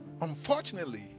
unfortunately